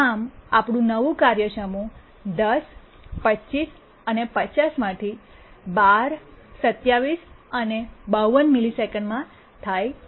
આમ આપણું નવું કાર્ય સમૂહ 10 25 અને 50 માંથી 12 27 અને 52 મિલિસેકંડમાં થાય છે